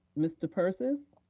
mr. persis.